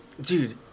Dude